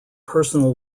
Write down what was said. personal